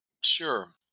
Sure